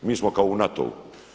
Mi smo kao u NATO-u.